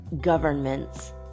governments